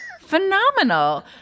phenomenal